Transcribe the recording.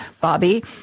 Bobby